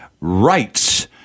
rights